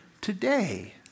today